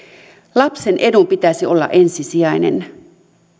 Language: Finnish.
lapsen edun pitäisi olla ensisijainen